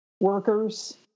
workers